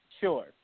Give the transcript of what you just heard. Sure